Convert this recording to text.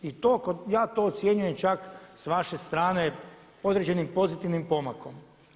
Ja to ocjenjujem čak s vaše strane određenim pozitivnim pomakom.